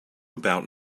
about